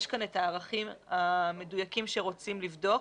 יש כאן את הערכים המדויקים שרוצים לבדוק,